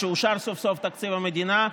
כשאושר סוף-סוף תקציב המדינה,